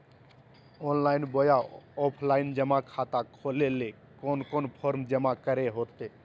Online बोया offline जमा खाता खोले ले कोन कोन फॉर्म जमा करे होते?